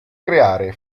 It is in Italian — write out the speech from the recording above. creare